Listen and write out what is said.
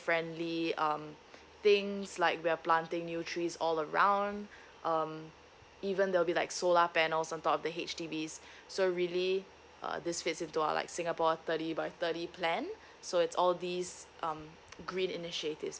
friendly um things like we're planting new trees all around um even there'll be like solar panels on top of the H_D_B's so really uh this fits into our like singapore thirty by thirty plan so it's all these um green initiatives